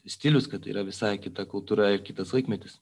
stilius kad yra visai kita kultūra ir kitas laikmetis